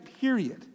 period